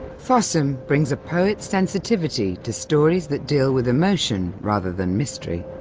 fossum brings a poet's sensitivity to stories that deal with emotion rather than mystery.